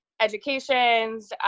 educations